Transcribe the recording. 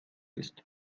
ist